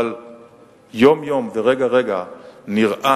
אבל יום-יום ורגע-רגע נראה